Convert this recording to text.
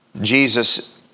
Jesus